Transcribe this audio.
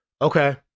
okay